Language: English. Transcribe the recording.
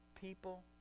people